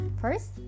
First